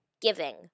giving